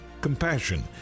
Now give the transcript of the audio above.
compassion